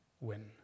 win